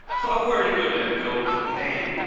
what weren't he good at, cole? damn.